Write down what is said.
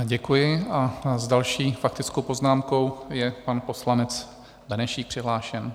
Děkuji a s další faktickou poznámkou je pan poslanec Benešík přihlášen.